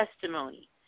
testimony